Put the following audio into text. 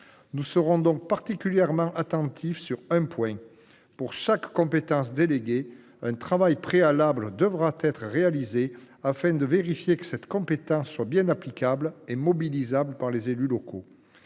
Nous serons donc particulièrement attentifs sur un point : pour chaque compétence déléguée, un travail préalable devra être réalisé afin de vérifier que cette compétence est bien applicable et mobilisable par les élus locaux.